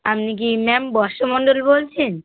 আপনি কি ম্যাম বর্ষা মণ্ডল বলছেন